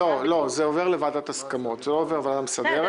לא, זה עובר לוועדת הסכמות ולא לוועדה מסדרת.